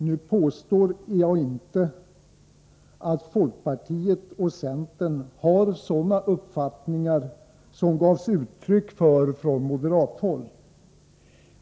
Nu påstår jag inte att folkpartiet och centern har sådana uppfattningar som gavs uttryck för från moderathåll.